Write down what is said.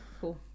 cool